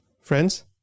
Friends